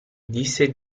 disse